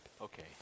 Okay